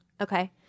Okay